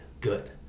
good